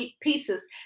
pieces